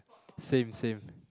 same same